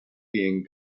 being